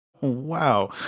Wow